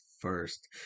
first